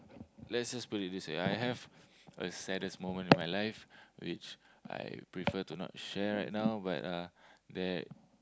let's just put it this way I have a saddest moment in my life which I prefer to share right now but there